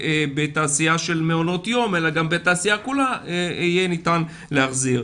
בתעשייה של מעונות יום אלא גם בתעשייה כולה יהיה ניתן להחזיר.